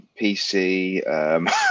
PC